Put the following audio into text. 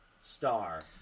star